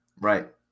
Right